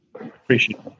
Appreciate